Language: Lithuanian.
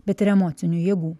bet ir emocinių jėgų